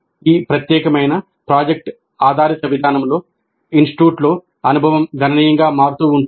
ఈ ప్రత్యేకమైన ప్రాజెక్ట్ ఆధారిత విధానంలో ఇన్స్టిట్యూట్స్లో అనుభవం గణనీయంగా మారుతూ ఉంటుంది